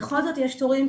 בכל זאת יש תורים,